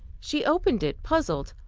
she opened it, puzzled.